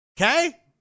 okay